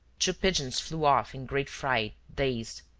two pigeons flew off in great fright, dazed.